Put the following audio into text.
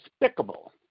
despicable